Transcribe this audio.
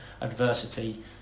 adversity